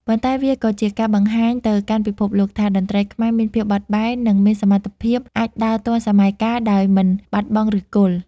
ប៉ុន្តែវាក៏ជាការបង្ហាញទៅកាន់ពិភពលោកថា តន្ត្រីខ្មែរមានភាពបត់បែន និងមានសមត្ថភាពអាចដើរទាន់សម័យកាលដោយមិនបាត់បង់ឫសគល់។